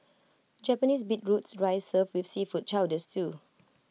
Japanese beetroots rice served with seafood chowder stew